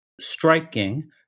striking